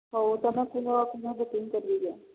ହଉ ତୁମ ବୁକିଙ୍ଗ୍ କରିଦିଅ